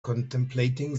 contemplating